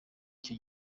icyo